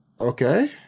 okay